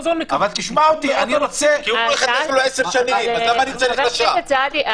חבר הכנסת סעדי,